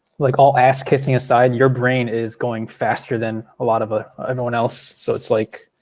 like all ass-kissing aside, your brain is going faster than ah sort of ah everyone else so it's like,